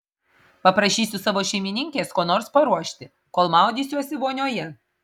paprašysiu savo šeimininkės ko nors paruošti kol maudysiuosi vonioje